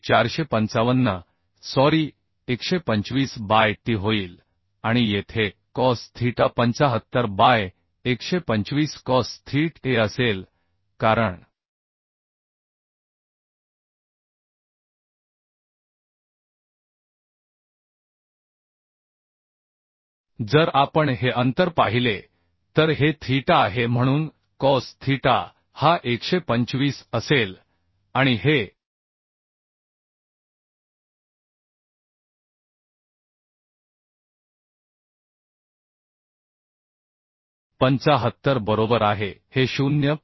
हे 455 sorry 125 by t होईल आणि येथे cos theta 75 by 125 cos theta a असेल कारण जर आपण हे अंतर पाहिले तर हे थीटा आहे म्हणून कॉस थीटा हा 125 असेल आणि हे 75 बरोबर आहे हे 0